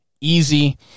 easy